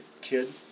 kid